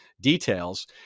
details